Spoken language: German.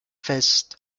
fest